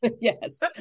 Yes